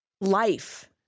life